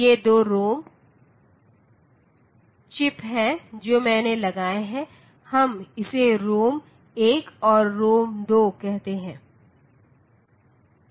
ये 2 ROM chips हैं जो मैंने लगाए हैं हम इसे रोम 1 और रोम 2 कहते हैं